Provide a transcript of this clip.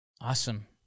Awesome